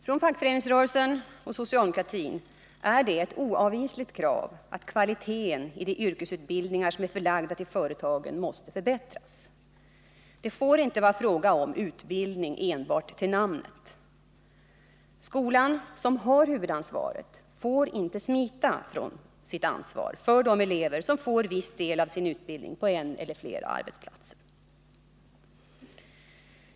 För fackföreningsrörelsen och socialdemokratin är det ett oavvisligt krav att kvaliteten i de yrkesutbildningar som är förlagda till företagen måste förbättras. Det får inte vara fråga om utbildning enbart till namnet. Skolan, som har huvudansvaret, får inte smita från sitt ansvar för de elever som får viss del av sin utbildning på en eller flera arbetsplatser.